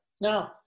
Now